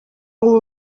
ubu